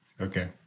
Okay